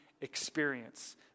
experience